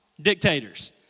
Dictators